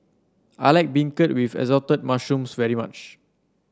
I like beancurd with Assorted Mushrooms very much